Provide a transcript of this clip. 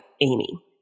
Amy